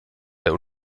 der